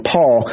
Paul